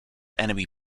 enemy